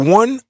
one